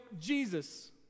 Jesus